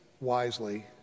wisely